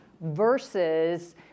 versus